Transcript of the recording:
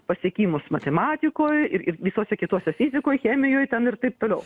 pasiekimus matematikoj ir ir visose kitose fizikoj chemijoj ten ir taip toliau